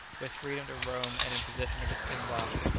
with freedom to roam and in possession of his tin box,